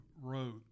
wrote